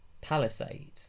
palisade